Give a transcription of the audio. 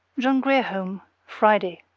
john grier home, friday.